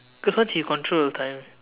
cause once you control the time